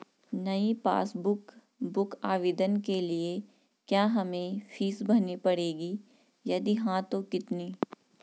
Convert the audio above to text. नयी passbook book आवेदन के लिए क्या हमें फीस भरनी पड़ेगी यदि हाँ तो कितनी?